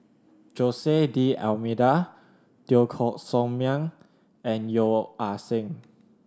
Jose D'Almeida Teo Koh Sock Miang and Yeo Ah Seng